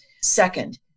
Second